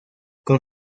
con